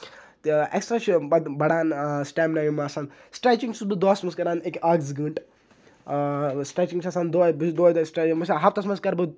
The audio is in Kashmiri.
تہٕ ایٚکٕسٹرا چھُ بَڑان سِٹیمنا یِم آسن سِٹرچِنگ چھُس بہٕ دۄہَس منٛز کران اکھ زٕ گٲنٹہٕ سِٹرچِنگ چھِ آسان دۄہے بہٕ چھُس دۄہے دۄہے سٹ بہٕ چھُس ہفتس منٛز کرٕ بہٕ